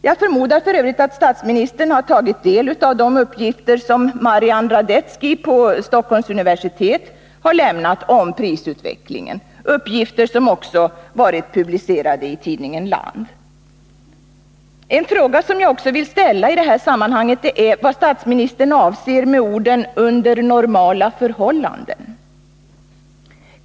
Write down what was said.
Jag förmodar f. ö. att statsministern har tagit del av de uppgifter som Marian Radetzki på Stockholms universitet har lämnat om prisutvecklingen, uppgifter som också varit publicerade i tidningen Land. En fråga som jag också vill ställa i det här sammanhanget är vad statsministern avser med orden ”under normala förhållanden”.